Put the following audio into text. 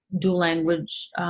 dual-language